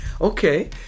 Okay